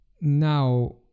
now